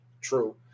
True